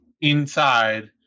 inside